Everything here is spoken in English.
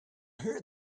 hear